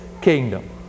kingdom